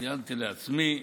ציינתי לעצמי,